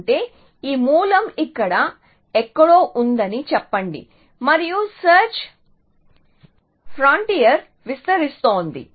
అంటే ఈ మూలం ఇక్కడ ఎక్కడో ఉందని చెప్పండి మరియు సెర్చ్ ఫ్రాంటియర్ విస్తరిస్తోంది